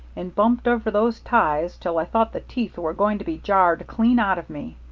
and bumped over those ties till i thought the teeth were going to be jarred clean out of me.